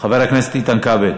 חבר הכנסת איתן כבל.